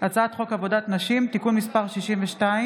הצעת חוק עבודת נשים (תיקון מס׳ 62),